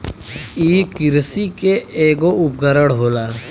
इ किरसी के ऐगो उपकरण होला